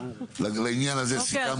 לעניין הזה סיכמנו.